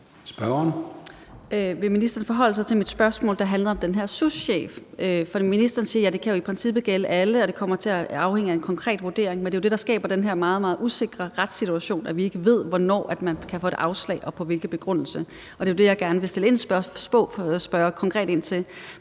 Vil ministeren forholde sig til mit spørgsmål, der handler om den her souschef? For ministeren siger, at det i princippet kan gælde alle, og at det kommer til at afhænge af en konkret vurdering, men det er jo det, der skaber den her meget, meget usikre retssituation, altså at vi ikke ved, hvornår man kan få et afslag og med hvilken begrundelse. Og det er jo det, jeg spørger konkret ind til.